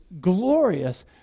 glorious